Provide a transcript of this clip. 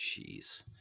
jeez